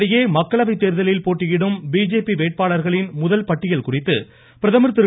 இதனிடையே மக்களவை தேர்தலில் போட்டியிடும் பிஜேபி வேட்பாளர்களின் முதல் பட்டியல் குறித்து பிரதமர் திரு